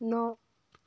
ন